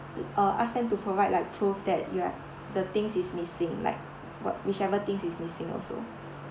uh ask them to provide like prove that you have the thing is missing like what whichever thing is missing also